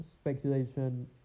speculation